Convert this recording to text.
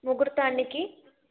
முகூர்த்தம் அன்றைக்கி